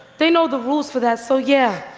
they know the rules for that, so yeah.